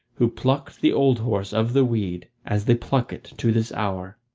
who plucked the old horse of the weed as they pluck it to this hour.